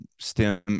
stem